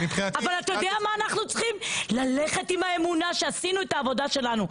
אבל אנחנו צריכים ללכת עם האמונה שעשינו את העבודה שלנו.